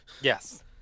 Yes